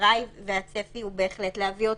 המטרה היא בהחלט וגם הצפי להביא אותן,